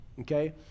okay